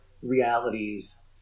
realities